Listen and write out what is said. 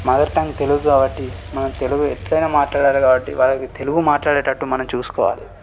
mother tongue Telugu కాబట్టి మన తెలుగు ఎట్లాయినా మాట్లాడాలి కాబట్టి వాళ్ళు తెలుగు మాట్లాడేటట్టు మనం చూసుకోవాలి